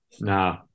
No